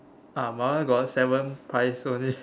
ah my one got seven pies only